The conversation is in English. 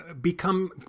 become